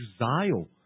exile